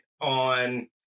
on